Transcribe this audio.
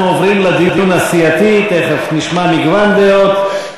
אנחנו עוברים לדיון הסיעתי, תכף נשמע מגוון דעות.